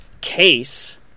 case